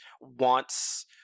wants